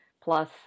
Plus